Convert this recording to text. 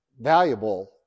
valuable